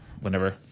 whenever